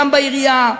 גם בעירייה,